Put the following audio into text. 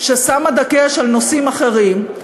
ששמה דגש על נושאים אחרים,